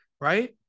right